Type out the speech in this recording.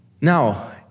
Now